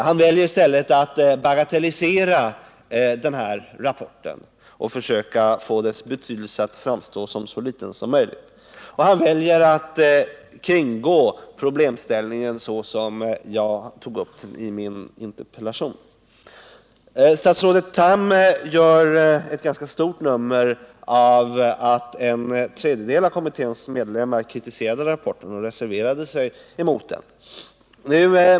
Han väljer i stället att bagatellisera rapporten och försöka få dess betydelse att framstå som så liten som möjligt. Och han väljer att kringgå problemställningen så som jag tog upp den i min interpellation. Statsrådet Tham gör ett ganska stort nummer av att en tredjedel av kommitténs medlemmar kritiserade rapporten och reserverade sig emot den.